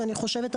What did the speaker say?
ואני חושבת,